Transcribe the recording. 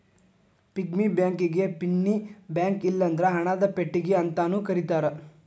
piggy ಬ್ಯಾಂಕಿಗಿ ಪಿನ್ನಿ ಬ್ಯಾಂಕ ಇಲ್ಲಂದ್ರ ಹಣದ ಪೆಟ್ಟಿಗಿ ಅಂತಾನೂ ಕರೇತಾರ